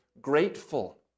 grateful